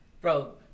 Bro